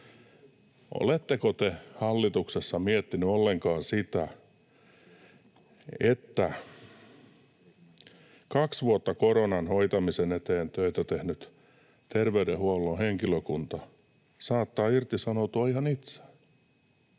Oletteko te hallituksessa miettineet ollenkaan sitä, että kaksi vuotta koronan hoitamisen eteen töitä tehnyt terveydenhuollon henkilökunta saattaa irtisanoutua ihan itse?